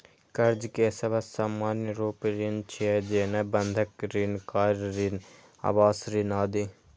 कर्ज के सबसं सामान्य रूप ऋण छियै, जेना बंधक ऋण, कार ऋण, आवास ऋण आदि